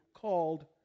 called